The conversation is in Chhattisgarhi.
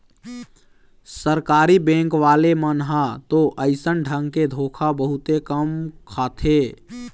सरकारी बेंक वाले मन ह तो अइसन ढंग के धोखा बहुते कम खाथे